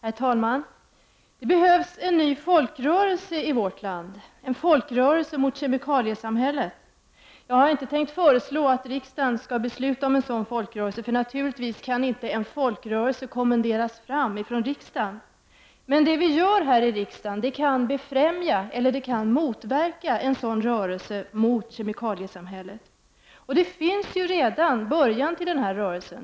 Herr talman! Det behövs en ny folkrörelse i vårt land, en folkrörelse mot kemikaliesamhället. Jag har inte tänkt föreslå att riksdagen skall besluta om en sådan — en folkrörelse kan naturligtvis inte kommenderas fram av riksdagen — men det vi gör här kan befrämja eller motverka en rörelse mot kemikaliesamhället. Denna rörelse har redan börjat.